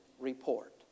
report